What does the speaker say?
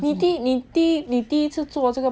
你第你第你第一次做这个